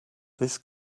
this